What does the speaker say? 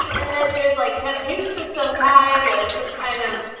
and then there's like temptation of some kind or some kind of